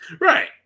Right